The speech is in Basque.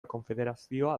konfederazioa